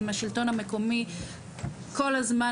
עם השלטון המקומי כל הזמן,